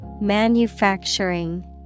Manufacturing